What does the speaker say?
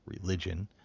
religion